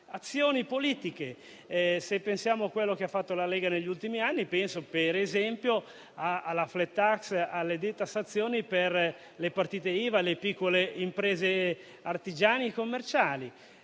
azioni politiche. Pensiamo a quello che ha fatto la Lega negli ultimi anni, per esempio alla *flat tax* e alle detassazioni per le partite IVA e per le piccole imprese artigiane e commerciali.